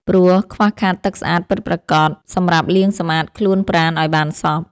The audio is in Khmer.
ព្រោះខ្វះខាតទឹកស្អាតពិតប្រាកដសម្រាប់លាងសម្អាតខ្លួនប្រាណឱ្យបានសព្វ។